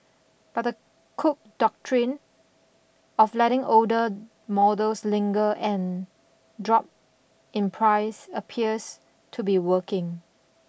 but the Cook Doctrine of letting older models linger and drop in price appears to be working